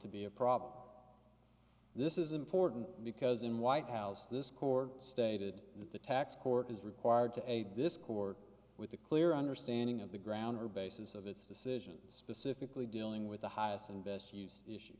to be a problem this is important because in white house this court stated that the tax court is required to aid this court with a clear understanding of the ground or basis of its decisions specifically dealing with the highest and best use